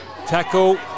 tackle